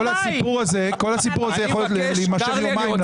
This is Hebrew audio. כל הסיפור הזה יכול להימשך יומיים,